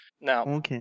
Now